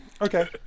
Okay